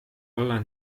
olla